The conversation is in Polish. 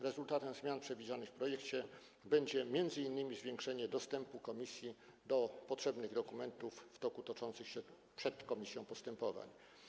Rezultatem zmian przewidzianych w projekcie będzie m.in. zwiększenie dostępu komisji do potrzebnych dokumentów w toku toczących się przed komisją postępowań.